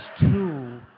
two